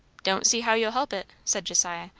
don't see how you'll help it, said josiah.